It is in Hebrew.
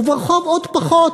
וברחוב עוד פחות.